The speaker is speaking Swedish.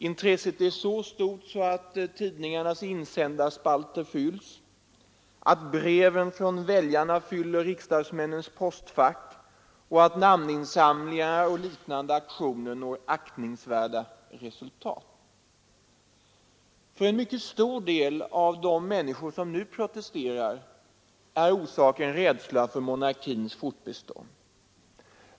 Intresset är så stort att tidningarnas insändarspalter fylls, att breven från väljarna fyller riksdagsmännens postfack och att namninsamlingar och liknande aktioner når aktningsvärda resultat. För en mycket stor del av de människor som nu protesterar är orsaken rädsla för att monarkin inte skall bestå.